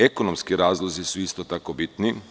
Ekonomski razlozi su isto tako bitni.